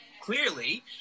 clearly